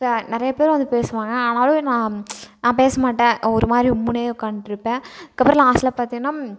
நிறைய பேர் வந்து பேசுவாங்க ஆனாலும் நான் நான் பேசமாட்டேன் ஒரு மாதிரி உம்முன்னே உக்காந்துட்ருப்பேன் அதுக்கப்புறம் லாஸ்டில் பார்த்தீங்கன்னா